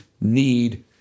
need